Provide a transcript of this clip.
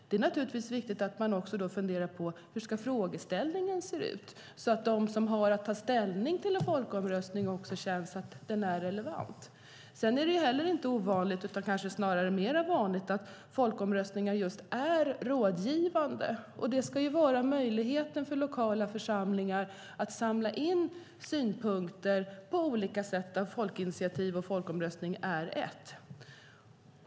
Det är naturligtvis viktigt att man då också funderar på hur frågeställningen ska se ut, så att de som har att ta ställning i en folkomröstning känner att den är relevant. Sedan är det inte ovanligt utan snarare vanligt att folkomröstningar är just rådgivande. Det ska ju finnas en möjlighet för lokala församlingar att samla in synpunkter på olika sätt, där folkinitiativ och folkomröstning är ett.